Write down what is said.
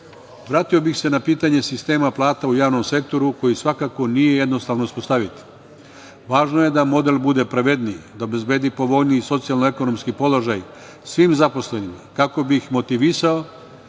nivou. Vratio bih se na pitanje sistema plata u javnom sektoru, koji svakako nije jednostavno uspostaviti. Važno je da model bude pravedniji, da obezbedi povoljniji socijalno-ekonomski položaj svim zaposlenim kako bi ih motivisao